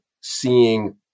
seeing